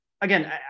again